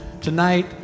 tonight